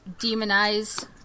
demonize